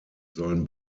sollen